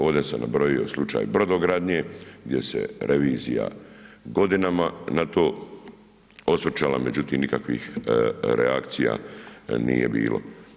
Ovde sam nabrojio slučaj brodogradnje, gdje se revizija godinama na to osvrćala, međutim nikakvih reakcija nije bilo.